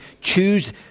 choose